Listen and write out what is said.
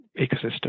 ecosystem